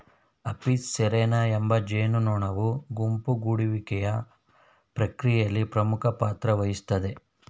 Apis cerana ಎಂಬ ಜೇನುನೊಣವು ಗುಂಪು ಗೂಡುವಿಕೆಯ ಪ್ರಕ್ರಿಯೆಯಲ್ಲಿ ಪ್ರಮುಖ ಪಾತ್ರವಹಿಸ್ತದೆ